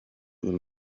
uru